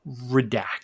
redact